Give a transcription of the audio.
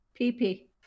PP